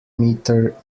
meter